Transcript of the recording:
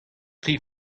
tri